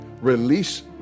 Release